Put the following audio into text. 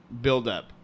buildup